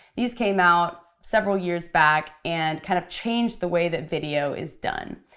these came out several years back, and kind of changed the way that video is done.